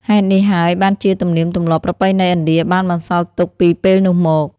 ហេតុនេះហើយបានជាទំនៀមទម្លាប់ប្រពៃណីឥណ្ឌាបានបន្សល់ទុកពីពេលនោះមក។